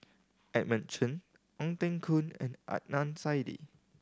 Edmund Chen Ong Teng Koon and Adnan Saidi